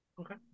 Okay